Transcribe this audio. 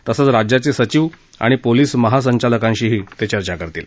तसंच राज्याचे सचिव आणि पोलीस महासंचालकांशीही ते चर्चा करतील